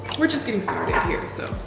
we're just getting started here so.